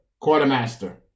quartermaster